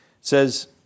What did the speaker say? says